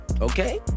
okay